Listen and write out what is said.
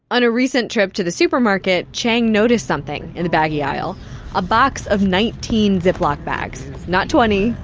on a recent trip to the supermarket, chang noticed something in the baggie aisle a box of nineteen ziploc bags. not twenty.